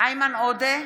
איימן עודה,